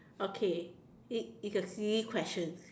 okay it is a silly question